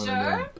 Sure